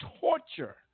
torture